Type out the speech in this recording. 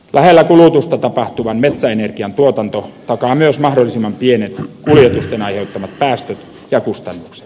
lähellä kulutusta tapahtuvan metsäenergian tuotanto takaa myös mahdollisimman pienet kuljetusten aiheuttamat päästöt ja kustannukset